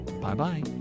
bye-bye